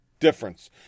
difference